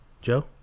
Joe